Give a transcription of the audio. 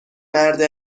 مرد